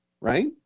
right